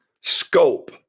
scope